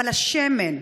אבל השמן,